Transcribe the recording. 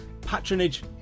Patronage